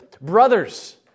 brothers